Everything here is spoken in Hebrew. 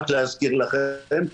רק להזכיר לכם,